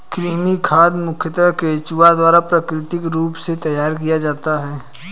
कृमि खाद मुखयतः केंचुआ द्वारा प्राकृतिक रूप से तैयार किया जाता है